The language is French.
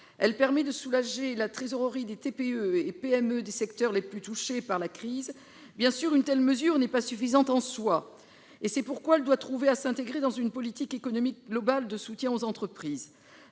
Elle permet de soulager la trésorerie des TPE et PME des secteurs les plus touchés par la crise. Bien sûr, une telle mesure n'est pas suffisante en soi. C'est pourquoi elle doit trouver à s'intégrer dans une politique économique globale de soutien aux entreprises.